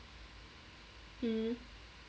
hmm